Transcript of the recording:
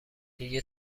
دیگه